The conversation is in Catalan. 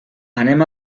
anem